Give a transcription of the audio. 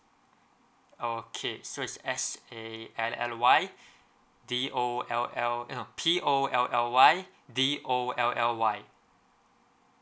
okay so it's S A L L Y D O L L eh no P O L L Y D O L L Y